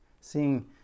seeing